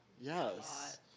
Yes